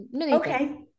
Okay